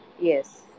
yes